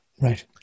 Right